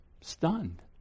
stunned